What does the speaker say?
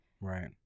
Right